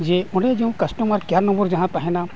ᱡᱮ ᱚᱸᱰᱮ ᱡᱮᱢᱚᱱ ᱡᱟᱦᱟᱸ ᱛᱟᱦᱮᱱᱟ